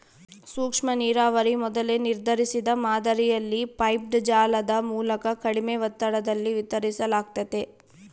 ಸೂಕ್ಷ್ಮನೀರಾವರಿ ಮೊದಲೇ ನಿರ್ಧರಿಸಿದ ಮಾದರಿಯಲ್ಲಿ ಪೈಪ್ಡ್ ಜಾಲದ ಮೂಲಕ ಕಡಿಮೆ ಒತ್ತಡದಲ್ಲಿ ವಿತರಿಸಲಾಗ್ತತೆ